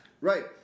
Right